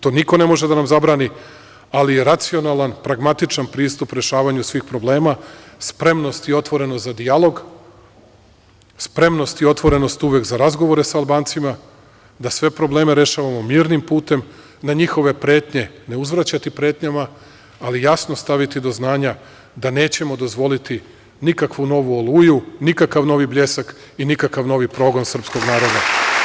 To niko ne može da nam zabrani, ali je racionalan, pragmatičan pristup rešavanju svih problema, spremnost i otvorenost za dijalog, spremnost i otvorenost uvek za razgovore sa Albancima, da sve probleme rešavamo mirnim putem, na njihove pretnje ne uzvraćati pretnjama, ali jasno staviti do znanja da nećemo dozvoliti nikakvu novu „Oluju“, nikakav novi „Bljesak“ i nikakav novi progon srpskog naroda.